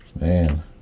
Man